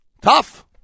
Tough